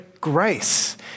grace